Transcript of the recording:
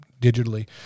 digitally